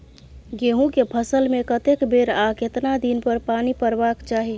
गेहूं के फसल मे कतेक बेर आ केतना दिन पर पानी परबाक चाही?